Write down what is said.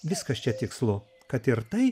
viskas čia tikslu kad ir tai